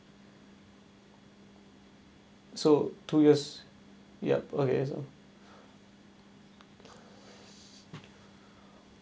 so two years yup okay so